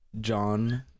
john